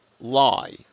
lie